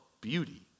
beauty